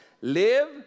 live